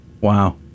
Wow